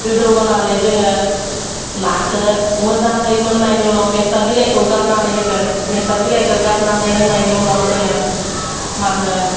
गोदौहोनानै जोङो नाखौ मोजाङै मोन्नायनि उनाव मेस्था बिलाइखौ गारनानै होगोन मेस्था बिलाइखौ गारनानै होनायनि उनाव जोङो मा होनो